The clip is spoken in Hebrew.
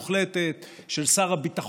היו הפגנות הפנתרים השחורים,